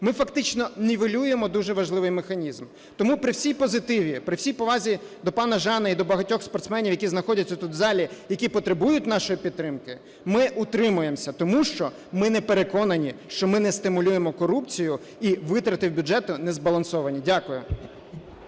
Ми фактично нівелюємо дуже важливий механізм. Тому, при всьому позитиві, при всій повазі до пана Жана і до багатьох спортсменів, які знаходяться тут, в залі, які потребують нашої підтримки, ми утримаємось. Тому що ми не переконані, що ми не стимулюємо корупцію і витрати в бюджет незбалансовані. Дякую.